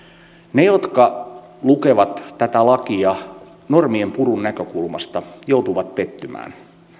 ne jotka lukevat tätä lakia normienpurun näkökulmasta joutuvat pettymään